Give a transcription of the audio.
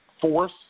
force